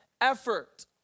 effort